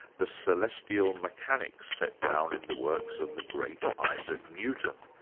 the celestial mechanics set down in the works of the great isaac newton,